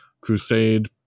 Crusade